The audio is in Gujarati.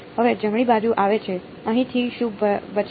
હવે જમણી બાજુ આવે છે અહીંથી શું બચશે